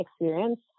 experience